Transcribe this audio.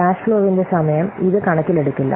cash ഫ്ലോവിന്റെ സമയം ഇത് കണക്കിൽ എടുക്കില്ല